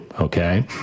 okay